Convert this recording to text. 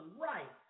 right